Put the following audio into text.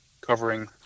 covering